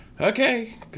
okay